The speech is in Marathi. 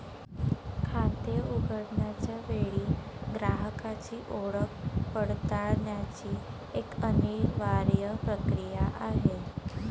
खाते उघडण्याच्या वेळी ग्राहकाची ओळख पडताळण्याची एक अनिवार्य प्रक्रिया आहे